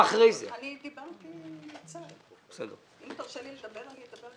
אם תרשה לי לדבר, אני אדבר קצר.